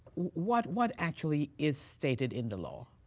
what what actually is stated in the law?